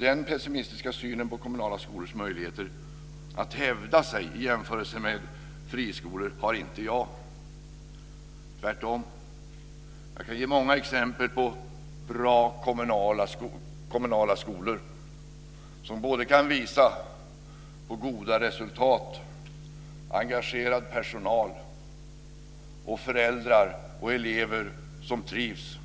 Den pessimistiska synen på kommunala skolors möjligheter att hävda sig i jämförelse med friskolor har inte jag. Tvärtom. Jag kan ge många exempel på bra kommunala skolor som kan visa på goda resultat, engagerad personal och föräldrar och elever som trivs